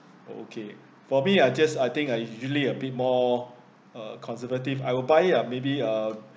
okay for me I just I think I'm usually a bit more uh conservative I would buy it uh maybe uh